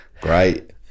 Great